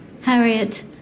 Harriet